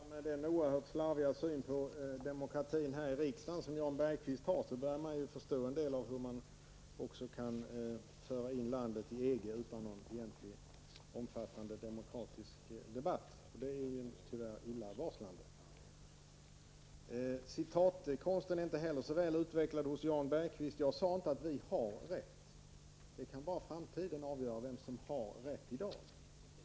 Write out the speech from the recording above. Herr talman! Med den oerhört slarviga syn på demokratin här i riksdagen som Jan Bergqvist har börjar jag förstå att man också kan föra in landet i EG utan någon omfattande demokratisk debatt. Det är tyvärr illavarslande. Citatkonsten är inte heller så väl utvecklad hos Jan Bergqvist. Jag sade inte att vi har rätt -- bara framtiden kan avgöra vem som har rätt i dag.